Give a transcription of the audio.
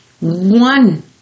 one